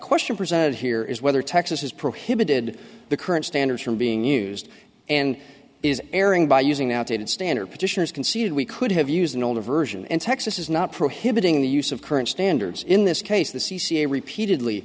question presented here is whether texas is prohibited the current standards from being used and is airing by using outdated standard petitioners conceded we could have used an older version and texas is not prohibiting the use of current standards in this case the c c a repeatedly